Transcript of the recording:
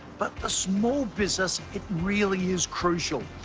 but the small business, it really is crucial.